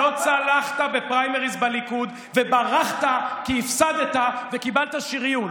לא צלחת את הפריימריז בליכוד וברחת כי הפסדת וקיבלת שריון,